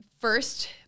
first